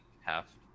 half